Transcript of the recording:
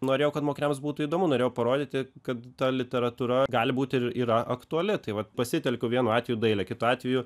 norėjau kad mokiniams būtų įdomu norėjau parodyti kad ta literatūra gali būti ir yra aktuali tai vat pasitelkiau vienu atveju dailę kitu atveju